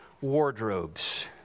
wardrobes